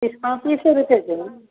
तीस पैँतिसो रुपैए छै ने